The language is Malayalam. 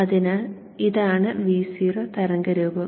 അതിനാൽ ഇതാണ് Vo തരംഗരൂപം